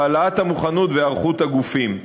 העלאת המוכנות והיערכות הגופים.